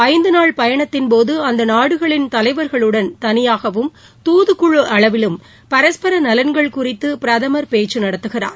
ஐந்து நாள் பயணத்தின் போது அந்த நாடுகளின் தலைவர்களுடன் தனியாகவும் தூதுக்கு அளவிலும் பரஸ்பர நலன்கள் குறித்து பிரதமர் பேச்சு நடத்துகிறார்